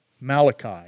Malachi